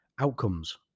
outcomes